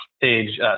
page